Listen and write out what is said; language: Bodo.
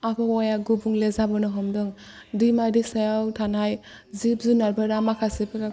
आबहावाया गुबुंले जाबोनो हमदों दैमा दैसायाव थानाय जिब जुनारफोरा माखासेफोरा